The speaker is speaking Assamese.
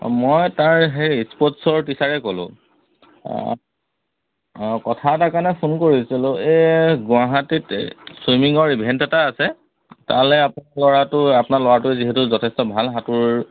অঁ মই তাৰ সেই স্পৰ্টছৰ টিচাৰে ক'লোঁ কথা এটাৰ কাৰণে ফোন কৰিছিলোঁ এই গুৱাহাটীত ছুইমিঙৰ ইভেণ্ট এটা আছে তালৈ আপোনাৰ ল'ৰাটো আপোনাৰ ল'ৰাটোৱে যিহেতু যথেষ্ট ভাল সাঁতোৰ